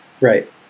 Right